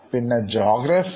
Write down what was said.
പിന്നെ ജോഗ്രഫി